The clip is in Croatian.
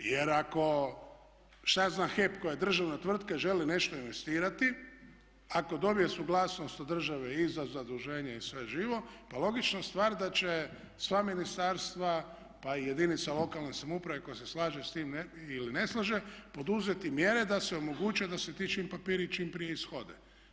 Jer ako, … HEP koja je državna tvrtka želi nešto investirati, ako dobije suglasnost od države i za zaduženje i sve živo, pa logična stvar da će sva ministarstva pa i jedinica lokalne samouprave koja se slaže sa time ili ne slaže poduzeti mjere da se omoguće da se ti papiri čim prije ishode.